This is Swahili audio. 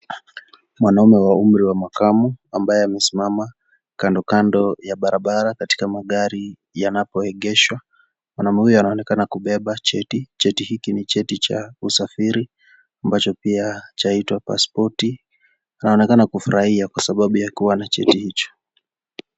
Mwanamme wa umri wa makamo ambaye amesimama kandokando ya barabara katika magari yanapoegeshwa, mwanamme huyu anaonekana kubeba cheti, cheti hiki ni cheti cha usafiri, ambacho pia chaitwa paspoti, anaonekana kufurahia kuwa na cheti hicho.